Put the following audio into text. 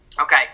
Okay